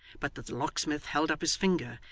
but that the locksmith held up his finger,